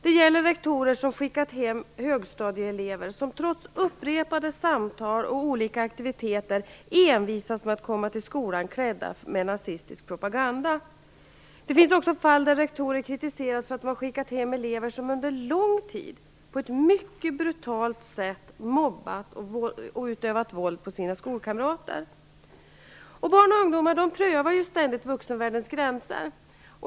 Det gäller rektorer som skickat hem högstadieelever som trots upprepade samtal och olika aktiviteter envisas med att komma till skolan iklädda nazistiska symboler. Det finns också fall där rektorer kritiserats för att de har skickat hem elever som under lång tid på ett mycket brutalt sätt mobbat och utövat våld mot sina skolkamrater. Barn och ungdomar prövar ständigt vuxenvärldens gränser.